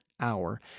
hour